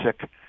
sick